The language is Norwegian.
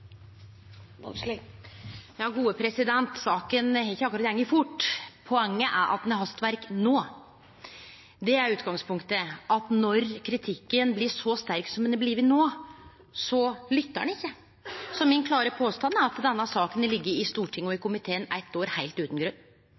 Vågslid har hatt ordet to ganger og får ordet til en kort merknad, begrenset til 1 minutt. Saka har ikkje akkurat gått fort. Poenget er at ein har hastverk no. Det er utgangspunktet: at når kritikken blir så sterk som han har blitt no, så lyttar ein ikkje. Min klare påstand er at denne saka har lege i Stortinget og i komiteen eitt år